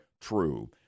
true